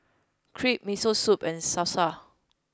Crepe Miso Soup and Salsa